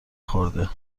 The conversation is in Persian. خورده